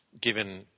given